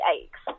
aches